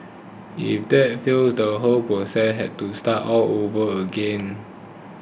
if that failed the whole process had to start all over again